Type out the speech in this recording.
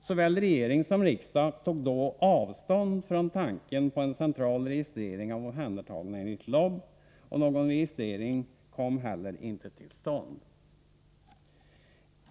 Såväl regering som riksdag tog då avstånd från tanken på en central registrering av omhändertagna enligt LOB, och någon registrering kom heller inte till stånd.